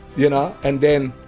you know, and then